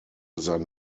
sein